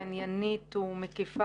עניינית ומקיפה,